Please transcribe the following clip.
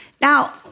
Now